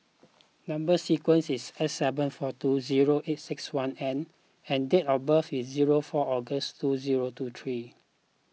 Number Sequence is S seven four two zero eight six one N and date of birth is zero four August two zero two three